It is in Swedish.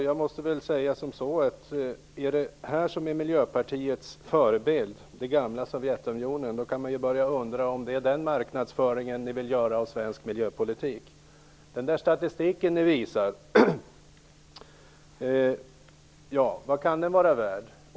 Jag måste säga att om det är detta som är Miljöpartiets förebild, det gamla Sovjetunionen, kan man börja undra om det är den marknadsföringen ni vill göra av svensk miljöpolitik. Den statistik ni visar, vad kan den vara värd?